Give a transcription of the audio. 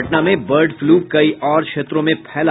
पटना में bird flu कई और क्षेत्रों में फैला